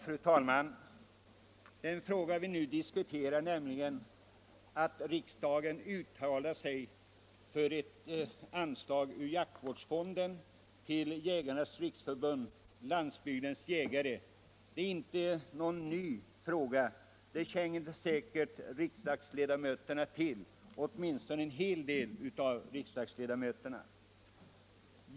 Fru talman! Den fråga vi nu diskuterar — att riksdagen skall uttala sig för ett anslag ur jaktvårdsfonden till Jägarnas riksförbund-Landsbygdens jägare — är inte ny. Den är säkert känd av riksdagsledamöterna, åtminstone en hel del av dem.